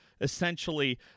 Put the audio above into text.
essentially